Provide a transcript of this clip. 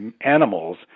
animals